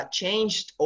changed